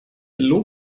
lob